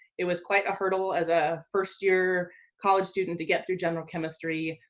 it was quite a hurdle as a first year college student to get through general chemistry,